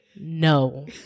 No